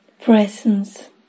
presence